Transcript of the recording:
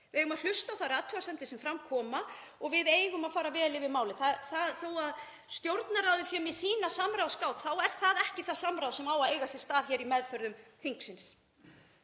Við eigum að hlusta á þær athugasemdir sem fram koma og við eigum að fara vel yfir málið. Þó að Stjórnarráðið sé með sína samráðsgátt þá er það ekki það samráð sem á að eiga sér stað í meðförum þingsins.